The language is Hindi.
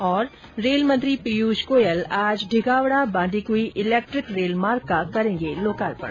्रेलमंत्री पीयूष गोयल आज ढिगावड़ा बांदीकुई इलेक्ट्रिक रेलमार्ग का करेंगे लोकार्पण